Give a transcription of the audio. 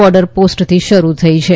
border પોસ્ટથી શરૂ થઈ છે